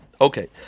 Okay